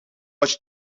was